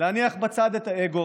להניח בצד את האגו,